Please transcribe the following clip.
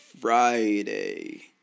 Friday